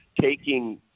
taking